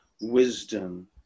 wisdom